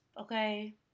okay